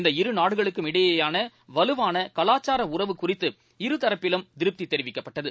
இந்தஇரு நாடுகளுக்கும் இடையேயானவலுவானகலாச்சாரஉறவு குறித்து இரு தரப்பிலும் திருப்திதெரிவிக்கப்பட்டது